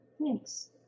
Thanks